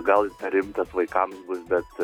gal rimtas vaikams bus bet